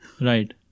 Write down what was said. Right